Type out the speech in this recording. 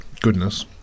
Goodness